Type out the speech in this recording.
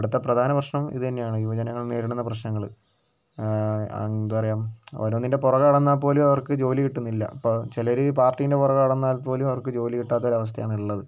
ഇവിടുത്തെ പ്രധാന പ്രശ്നം ഇതുതന്നെയാണ് യുവജനങ്ങൾ നേരിടുന്ന പ്രശ്നങ്ങൾ എന്താ പറയുക ഓരോന്നിൻ്റെ പുറകേ നടന്നാൽപ്പോലും അവർക്ക് ജോലി കിട്ടുന്നില്ല ഇപ്പോൾ ചിലർ പാർട്ടീൻ്റെ പുറകേ നടന്നാൽപ്പോലും അവർക്കു ജോലി കിട്ടാത്തൊരവസ്ഥയാണ് ഉള്ളത്